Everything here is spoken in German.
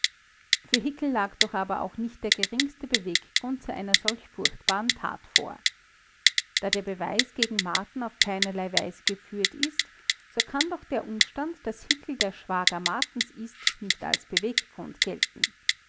für hickel lag doch aber auch nicht der geringste beweggrund zu einer solch furchtbaren tat vor da der beweis gegen marten auf keinerlei weise geführt ist so kann doch der umstand daß hickel der schwager martens ist nicht als beweggrund gelten